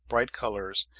bright colours,